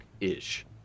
ish